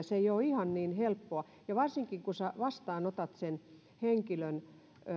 se ei ole ihan niin helppoa ja varsinkin kun vastaanotat sen henkilön